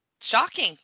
shocking